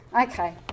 Okay